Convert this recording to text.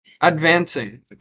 Advancing